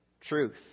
truth